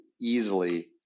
easily